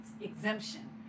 exemption